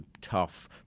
tough